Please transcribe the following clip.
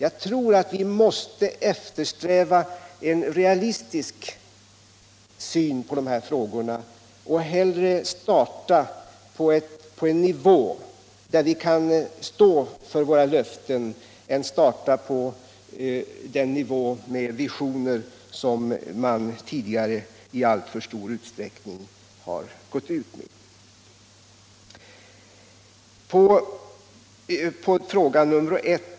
Vi måste i stället eftersträva en realistisk syn på de här frågorna och hellre starta på en lägre nivå, där vi kan stå för våra löften, än starta på den nivå och med de visioner som man tidigare i alltför stor utsträckning har gått ut med.